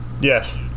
yes